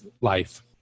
life